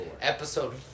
episode